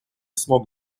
смог